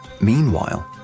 Meanwhile